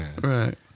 Right